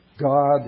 God